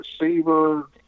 receiver